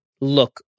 look